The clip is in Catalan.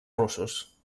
russos